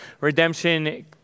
Redemption